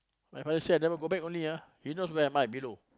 my father say I never go back only ah you know where am I below